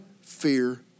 fear